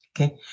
Okay